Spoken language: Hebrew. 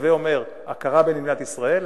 הווי אומר הכרה במדינת ישראל,